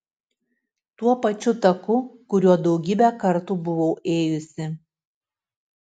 tuo pačiu taku kuriuo daugybę kartų buvau ėjusi